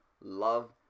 love